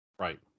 Right